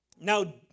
Now